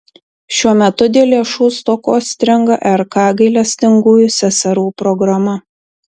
šiuo metu dėl lėšų stokos stringa rk gailestingųjų seserų programa